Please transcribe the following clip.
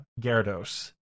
Gyarados